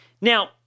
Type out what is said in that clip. Now